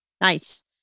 Nice